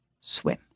swim